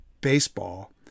baseball